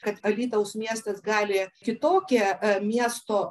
kad alytaus miestas gali kitokią a miesto